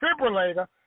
defibrillator